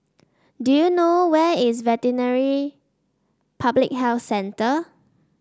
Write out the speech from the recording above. do you know where is Veterinary Public Health Centre